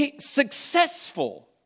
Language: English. Successful